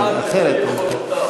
כל אחד לפי יכולותיו.